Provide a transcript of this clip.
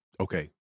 okay